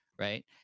Right